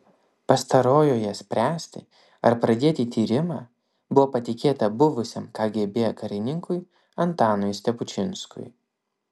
pastarojoje spręsti ar pradėti tyrimą buvo patikėta buvusiam kgb karininkui antanui stepučinskui